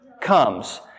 comes